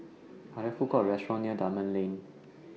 Are There Food Courts Or restaurants near Dunman Lane